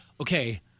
okay